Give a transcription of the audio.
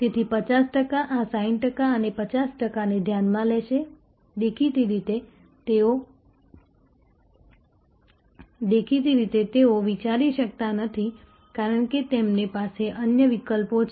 તેથી 50 ટકા આ 60 ટકા અને 50 ટકાને ધ્યાનમાં લેશે દેખીતી રીતે તેઓ વિચારી શકતા નથી કારણ કે તેમની પાસે અન્ય વિકલ્પો છે